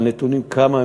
אבל מה שחשוב לי: א.